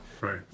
Right